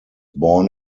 born